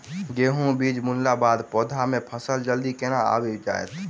गेंहूँ बीज बुनला बाद पौधा मे फसल जल्दी केना आबि जाइत?